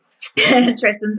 Tristan